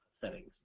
settings